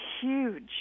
huge